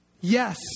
Yes